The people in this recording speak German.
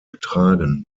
getragen